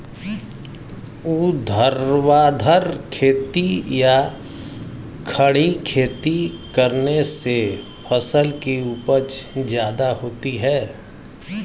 ऊर्ध्वाधर खेती या खड़ी खेती करने से फसल की उपज ज्यादा होती है